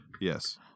yes